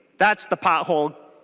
that's the pothole